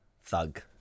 thug